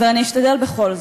אבל אני אשתדל בכל זאת.